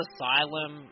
Asylum